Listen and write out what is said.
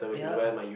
ya